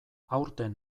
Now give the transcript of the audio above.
aurten